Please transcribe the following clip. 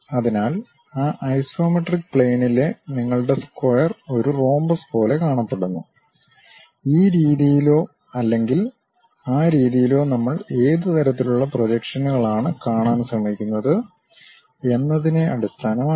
അതിനാൽ ആ ഐസോമെട്രിക് പ്ലെയിനിലെ നിങ്ങളുടെ സ്ക്വയർ ഒരു റോമ്പസ് പോലെ കാണപ്പെടുന്നു ഈ രീതിയിലോ അല്ലെങ്കിൽ ആ രീതിയിലോ നമ്മൾ ഏത് തരത്തിലുള്ള പ്രൊജക്ഷനുകളാണ് കാണാൻ ശ്രമിക്കുന്നത് എന്നതിനെ അടിസ്ഥാനമാക്കി